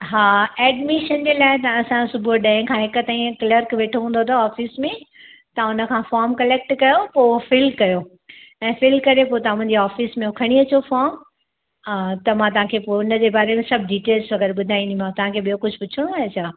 हा एडमिशन जे लाइ तव्हां असां सुबुह जो ॾहें खां हिक ताईं क्लर्क वेठो हूंदो अथव ऑफ़िस में त उन खां फ़ॉर्म कलेक्ट कयो पोइ फिल कयो ऐं फिल करे पोइ तव्हां मुंहिंजी ऑफ़िस में खणी अचो उहो फ़ॉर्म त मां तव्हां खे पोइ उन जे बारे में सभु डीटेल्स वगैरह ॿुधाईंदीमांव तव्हां खे ॿियो कुझु पुछिणो आहे छा